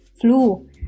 flu